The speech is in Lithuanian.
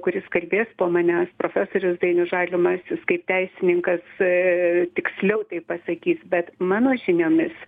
kuris kalbės po manęs profesorius dainius žalimas jis kaip teisininkas tiksliau tai pasakys bet mano žiniomis